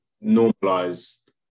normalized